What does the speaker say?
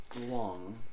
Long